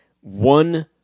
One